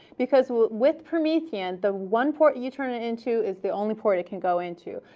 because with promethean, the one port you turn it into is the only port it can go into.